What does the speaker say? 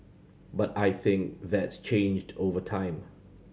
but I think that's changed over time